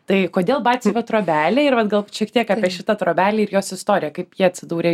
tai kodėl batsiuvio trobelė ir vat gal šiek tiek apie šitą trobelę ir jos istoriją kaip jie atsidūrė